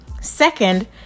Second